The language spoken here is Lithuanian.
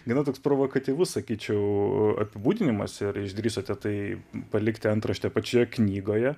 gana toks provokatyvus sakyčiau apibūdinimas ir išdrįsote tai palikti antraštę pačioje knygoje